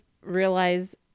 realize